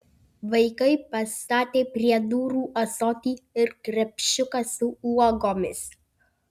vaikai pastatė prie durų ąsotį ir krepšiuką su uogomis